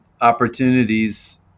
opportunities